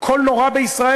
הכול נורא בישראל.